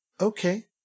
okay